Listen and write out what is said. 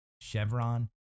Chevron